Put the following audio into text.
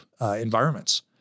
environments